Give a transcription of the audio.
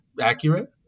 accurate